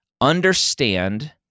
understand